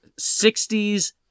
60s